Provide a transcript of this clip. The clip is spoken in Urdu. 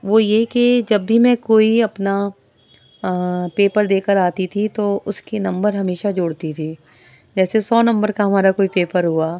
وہ یہ کہ جب بھی میں کوئی اپنا پیپر دے کر آتی تھی تو اس کے نمبر ہمیشہ جوڑتی تھی جیسے سو نمبر کا ہمارا کوئی پیپر ہوا